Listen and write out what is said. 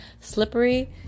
slippery